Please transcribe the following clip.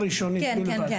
כן, כן.